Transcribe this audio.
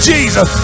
Jesus